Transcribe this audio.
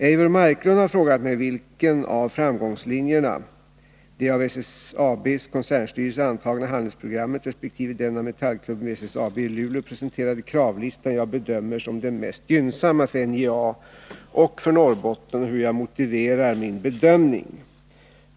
Eivor Marklund har frågat mig vilken av framgångslinjerna — det av 100 SSAB:s koncernstyrelse antagna handlingsprogrammet resp. den av metallklubben vid SSAB i Luleå presenterade kravlistan — jag bedömer som den mest gynnsamma för NJA och för Norrbotten och hur jag motiverar min bedömning.